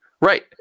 Right